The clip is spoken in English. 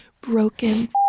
broken